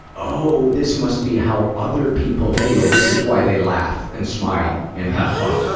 oh, this must be how other people feel. this is why they laugh and smile and have fun.